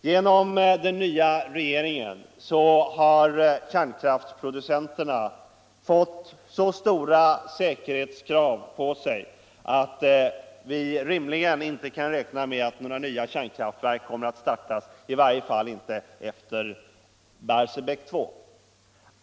Genom den nya regeringen har kärnkraftsproducenterna fått så stora säkerhetskrav på sig att vi inte rimligen kan räkna med att några nya kärnkraftverk kommer att startas, i varje fall inte efter Barsebäck 2.